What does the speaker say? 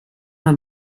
her